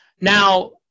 Now